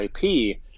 IP